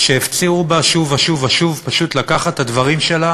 שהפצירו בה שוב ושוב ושוב פשוט לקחת את הדברים שלה